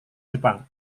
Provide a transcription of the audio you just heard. jepang